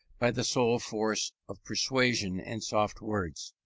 by the sole force of persuasion and soft words.